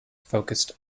focused